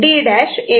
C D'